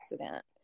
accident